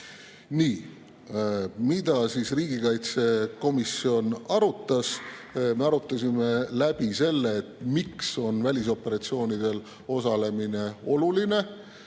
Nii. Mida riigikaitsekomisjon arutas? Me arutasime läbi selle, miks on välisoperatsioonidel osalemine oluline,